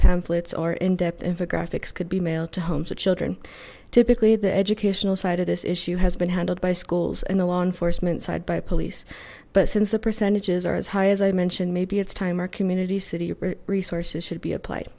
pamphlets or in depth of a graphics could be mailed to homes of children typically the educational side of this issue has been handled by schools and the law enforcement side by police but since the percentages are as high as i mentioned maybe it's time our community city your resources should be applied